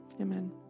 Amen